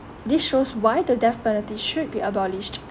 this shows why the death penalty should be abolished